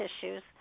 tissues